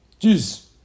Jeez